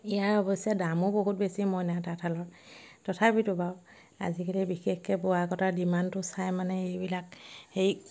ইয়াৰ অৱশ্যে দামো বহুত বেছি মইনা তাঁতশালৰ তথাপিতো বাৰু আজিকালি বিশেষকৈ বোৱা কটাৰ ডিমাণ্ডটো চাই মানে এইবিলাক হেৰি